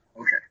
okay